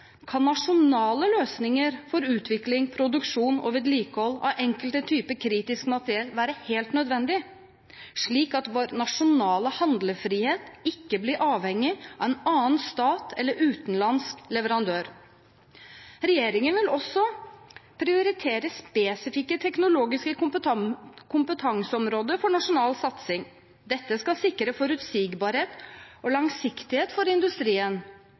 kan nasjonale løsninger for utvikling, produksjon og vedlikehold av enkelte typer kritisk materiell være helt nødvendig, slik at vår nasjonale handlefrihet ikke blir avhengig av en annen stat eller en utenlandsk leverandør. Regjeringen vil også prioritere spesifikke teknologiske kompetanseområder for nasjonal satsing. Dette skal sikre forutsigbarhet og langsiktighet for industrien.